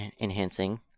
enhancing